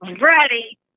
ready